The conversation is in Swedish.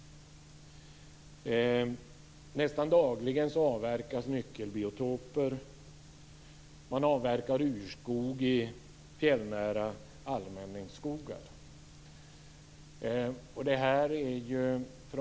Nästan dagligen avverkas nyckelbiotoper. Urskog avverkas i fjällnära allmänningsskogar.